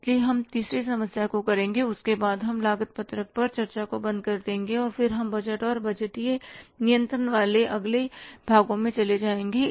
इसलिए हम तीसरी समस्या को करेंगे उसके बाद हम लागत पत्रक पर चर्चा को बंद कर देंगे और फिर हम बजट और बजटीय नियंत्रण वाले अगले भागों में चले जाएंगे